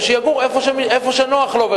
ושיגור איפה שנוח לו,